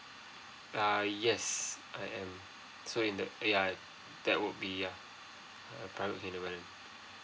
uh yes I am so in that ya that would be ya err private kindergarten